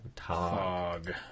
fog